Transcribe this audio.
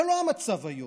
זה לא המצב היום.